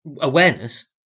awareness